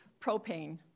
propane